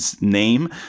name